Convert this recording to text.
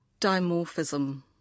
Dimorphism